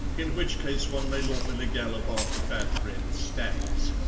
in which case one may lawfully gallop after fat red stags.